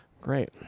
Great